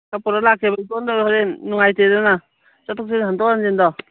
ꯆꯥꯛ ꯄꯨꯔꯒ ꯂꯥꯛꯀꯦꯕ ꯏꯇꯣꯝꯇ ꯍꯧꯔꯦꯟ ꯅꯨꯡꯉꯥꯏꯇꯦꯗꯅ ꯆꯠꯊꯣꯛ ꯆꯠꯁꯤꯟ ꯍꯟꯗꯣꯛ ꯍꯟꯖꯤꯟꯗꯣ